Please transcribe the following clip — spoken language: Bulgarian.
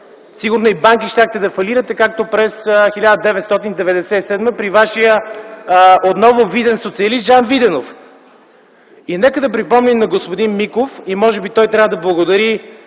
Сигурно и банки щяхте да фалирате, както през 1997 г., при вашия отново виден социалист Жан Виденов. Нека да припомня и на господин Миков – може би той трябва да благодари